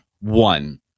one